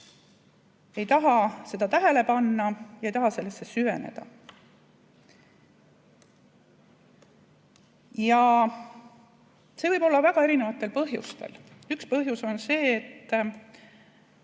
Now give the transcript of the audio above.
Ei taha seda tähele panna ega taha sellesse süveneda. See võib olla nii väga erinevatel põhjustel. Üks põhjus on see, et